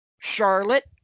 Charlotte